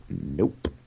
Nope